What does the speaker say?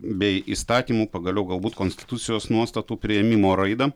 bei įstatymų pagaliau galbūt konstitucijos nuostatų priėmimo raidą